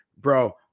bro